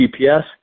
GPS